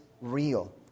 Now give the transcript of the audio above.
real